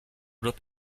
group